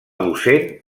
docent